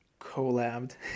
collabed